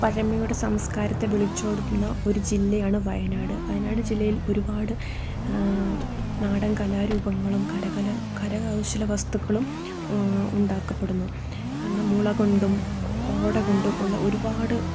പഴമയുടെ സംസ്കാരത്തെ വിളിച്ചോതുന്ന ഒരു ജില്ലയാണ് വയനാട് വയനാട് ജില്ലയിൽ ഒരുപാട് നാടൻ കലാരൂപങ്ങളും കരകൗശല വസ്തുക്കളും ഉണ്ടാക്കപ്പെടുന്നു കാരണം മുള കൊണ്ടും ഓട കൊണ്ടും ഉള്ള ഒരുപാട്